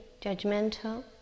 judgmental